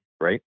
right